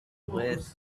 with